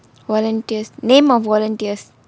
volunteers name of volunteers